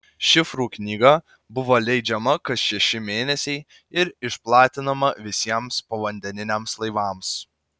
šifrų knyga buvo leidžiama kas šeši mėnesiai ir išplatinama visiems povandeniniams laivams